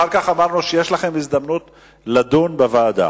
אחר כך אמרנו שיש לכן הזדמנות לדון בוועדה.